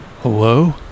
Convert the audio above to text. Hello